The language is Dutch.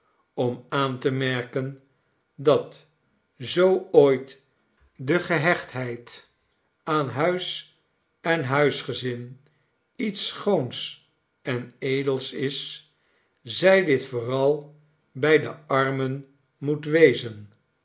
om aan te merken dat zoo ooit de gehechtheid aan huis en huisgezin iets schoons en edels is zij dit vooral bij de armen moet wezen